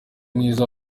mwiza